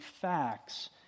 facts